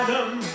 Adam